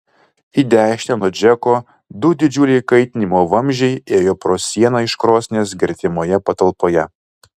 į dešinę nuo džeko du didžiuliai kaitinimo vamzdžiai ėjo pro sieną iš krosnies gretimoje patalpoje